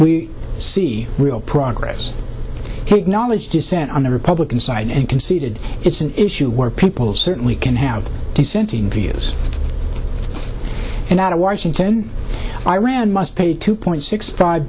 we see real progress he acknowledged dissent on the republican side and conceded it's an issue where people certainly can have dissenting views and out of washington iran must pay two point six five